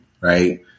right